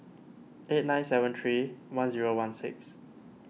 eight nine seven three one zero one six